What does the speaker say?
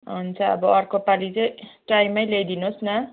हुन्छ अब अर्को पालि चाहिँ टाइममै ल्याइदिनुहोस् न